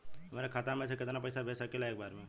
हमरे खाता में से कितना पईसा भेज सकेला एक बार में?